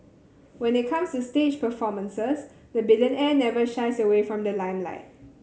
when it comes to stage performances the billionaire never shies away from the limelight